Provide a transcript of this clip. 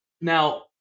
Now